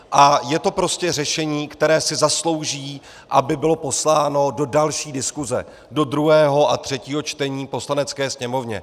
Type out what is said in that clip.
A je to prostě řešení, které si zaslouží, aby bylo posláno do další diskuse, do druhého a třetího čtení v Poslanecké sněmovně.